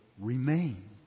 remain